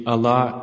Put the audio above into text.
Allah